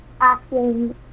acting